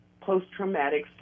Post-Traumatic